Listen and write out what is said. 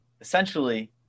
essentially